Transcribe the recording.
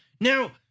now